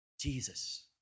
Jesus